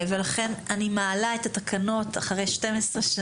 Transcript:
אחרי 12 שנים אני מעלה את התקנות להצבעה.